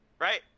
right